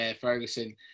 Ferguson